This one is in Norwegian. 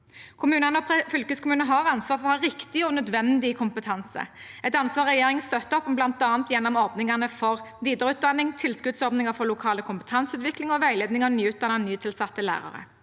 fylkeskommunene har ansvar for å ha riktig og nødvendig kompetanse, et ansvar regjeringen støtter opp om, bl.a. gjennom åpningene for videreutdanning, tilskuddsordninger for lokal kompetanseutvikling og veiledning av nyutdannede, nytilsatte lærere.